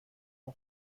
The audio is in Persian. اون